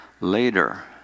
later